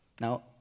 Now